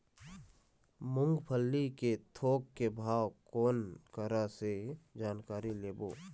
मूंगफली के थोक के भाव कोन करा से जानकारी लेबो?